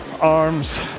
arms